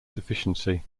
deficiency